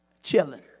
Chilling